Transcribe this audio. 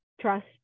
trust